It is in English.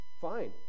Fine